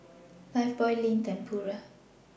Lifebuoy Lindt and Pura